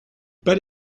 pas